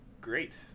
great